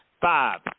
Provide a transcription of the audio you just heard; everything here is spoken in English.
Five